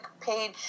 page